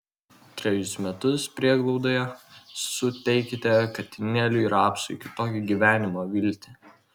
trejus metus prieglaudoje suteikite katinėliui rapsui kitokio gyvenimo viltį